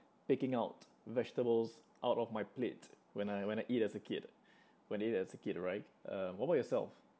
picking out vegetables out of my plate when I when I eat as a kid when you eat as a kid right uh what about yourself